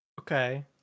Okay